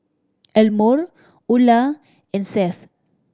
Elmore Ula and Seth